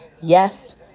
yes